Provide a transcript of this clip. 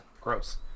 gross